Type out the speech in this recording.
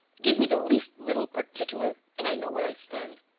give me the least little particular, and i know where i stand.